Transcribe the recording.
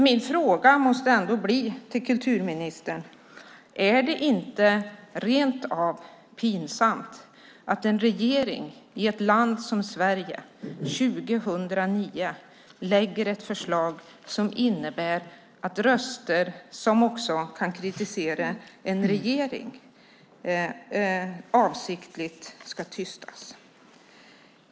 Min fråga till kulturministern måste bli: Är det inte rent av pinsamt att en regering 2009 i ett land som Sverige lägger fram ett förslag som innebär att röster som kan kritisera regeringen avsiktligt ska tystas?